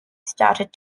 started